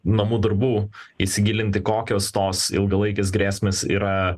namų darbų įsigilinti kokios tos ilgalaikės grėsmės yra